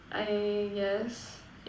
I guess